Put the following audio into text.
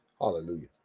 hallelujah